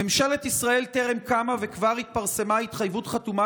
"ממשלת ישראל טרם קמה וכבר התפרסמה התחייבות חתומה